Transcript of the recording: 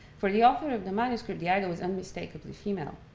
for the author of the manuscript, the idol was unmistakably female.